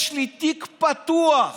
יש לי תיק פתוח.